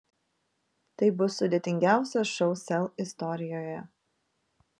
tai bus sudėtingiausias šou sel istorijoje